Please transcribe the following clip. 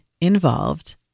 involved